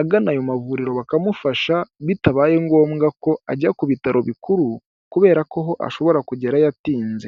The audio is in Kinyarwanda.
agana ayo mavuriro bakamufaha bitabaye ngombwa ko ajya ku bitaro bikuru kubera ko ho ashobora kugerayo atinze.